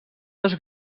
dos